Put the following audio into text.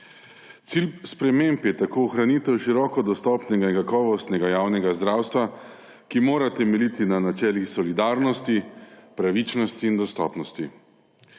Cilj sprememb je tako ohranitev široko dostopnega in kakovostnega javnega zdravstva, ki mora temeljiti na načelih solidarnosti, pravičnosti in dostopnosti.